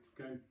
okay